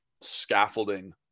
scaffolding